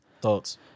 Thoughts